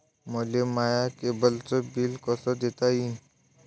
मले माया केबलचं बिल कस देता येईन?